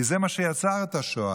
כי זה מה שיצר את השואה.